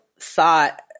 thought